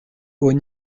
haut